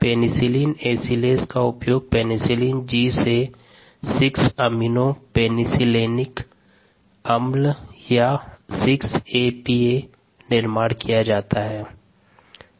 penicillin acylase का उपयोग penicillin G से 6 अमीनो पेनिसिलेनिक अम्ल या 6 ए पी ए निर्माण किया जाता है